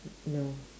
no